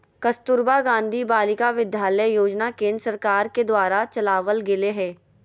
कस्तूरबा गांधी बालिका विद्यालय योजना केन्द्र सरकार के द्वारा चलावल गेलय हें